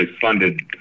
funded